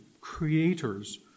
creators